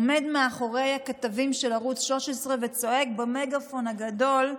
עומד מאחורי הכתבים של ערוץ 13 וצועק במגפון הגדול,